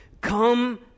Come